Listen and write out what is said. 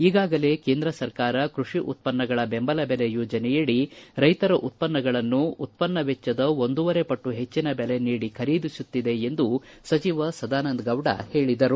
ಈಗಾಗಲೇ ಕೇಂದ್ರ ಸರ್ಕಾರ ಕೃಷಿ ಉತ್ಪನ್ನಗಳ ಬೆಂಬಲ ಬೆಲೆ ಯೋಜನೆಯಡಿ ರೈತರ ಉತ್ಪನ್ನಗಳನ್ನು ಉತ್ಪನ್ನ ವೆಚ್ಚದ ಒಂದೂವರೆ ಪಟ್ಟು ಹೆಚ್ಚಿನ ಬೆಲೆ ನೀಡಿ ಖರೀದಿಸುತ್ತಿದೆ ಎಂದು ಸಚಿವ ಸದಾನಂದಗೌಡ ಹೇಳದರು